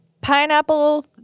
pineapple